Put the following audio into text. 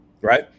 right